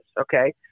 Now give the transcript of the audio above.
okay